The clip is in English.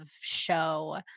show